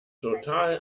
total